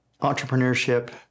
entrepreneurship